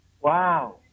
Wow